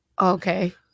Okay